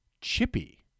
Chippy